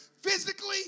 physically